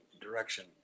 direction